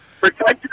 Protect